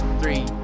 three